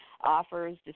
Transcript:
offers